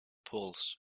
polls